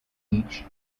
each